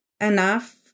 enough